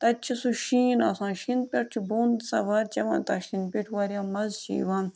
تَتہِ چھِ سُہ شیٖن آسان شیٖنہٕ پٮ۪ٹھ چھِ بۄن سَوارِ چٮ۪وان تَتھ شیٖنہٕ پیٚٹھۍ واریاہ مَزٕ چھِ یِوان